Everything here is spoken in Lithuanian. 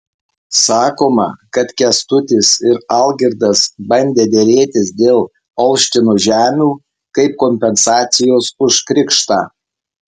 sakoma kad kęstutis ir algirdas bandę derėtis dėl olštino žemių kaip kompensacijos už krikštą